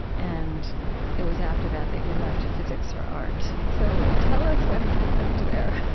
and it was after that that you left physics for art. so tell us what happened there.